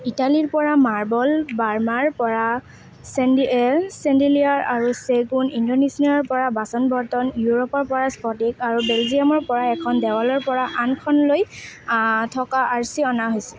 ইটালীৰ পৰা মাৰ্বল বাৰ্মাৰ পৰা চেণ্ডে চেণ্ডেলিয়াৰ আৰু চেগুন ইণ্ডোনেছিয়াৰ পৰা বাচন বৰ্তন ইউৰোপৰ পৰা স্ফটিক আৰু বেলজিয়ামৰ পৰা এখন দেৱালৰ পৰা আনখনলৈ থকা আৰ্চি অনা হৈছে